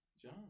John